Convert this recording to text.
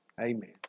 Amen